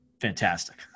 Fantastic